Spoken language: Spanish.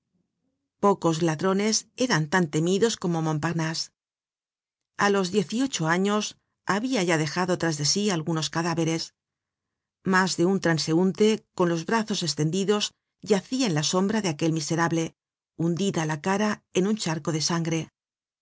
pocos ladrones eran tan temidos como montparnase a los diez y ocho años habia ya dejado tras de sí algunos cadáveres mas de un transeunte con los brazos estendidos yacia en la sombra de aquel miserable hundida la cara en un charco de sangre